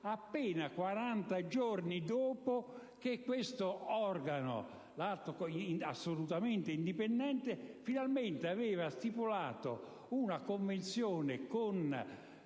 appena 40 giorni dopo che questo organo, assolutamente indipendente, finalmente aveva stipulato una convenzione con